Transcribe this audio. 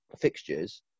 fixtures